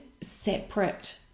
separate